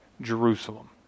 Jerusalem